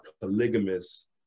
polygamous